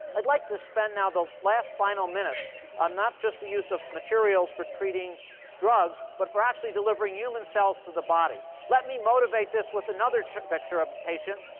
i'd like to spend, now, the last final minutes on not just the use of materials for treating drugs, but for actually delivering human cells to the body. let me motivate this with another picture of a patient,